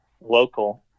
local